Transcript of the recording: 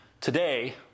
Today